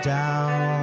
down